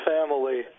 family